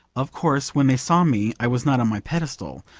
of course when they saw me i was not on my pedestal,